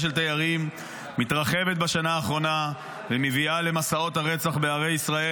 של תיירים מתרחבת בשנה האחרונה ומביאה למסעות רצח בערי ישראל.